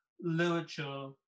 literature